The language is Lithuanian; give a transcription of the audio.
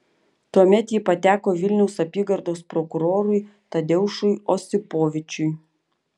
tuomet ji pateko vilniaus apygardos prokurorui tadeušui osipovičiui